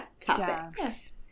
topics